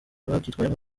babyitwayemo